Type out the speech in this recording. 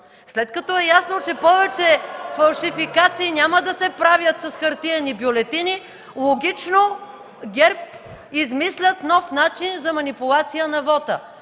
след като е ясно, че повече фалшификации няма да се правят с хартиени бюлетини, логично ГЕРБ измислят нов начин за манипулация на вота!